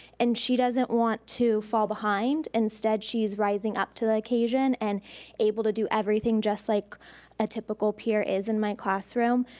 and she doesn't want to fall behind, instead she's rising up to the occasion and able to do everything just like a typical peer is in my classroom.